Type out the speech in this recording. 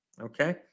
Okay